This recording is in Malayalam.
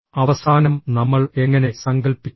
അവസാനം നമ്മൾ എങ്ങനെ സങ്കൽപ്പിക്കും